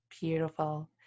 Beautiful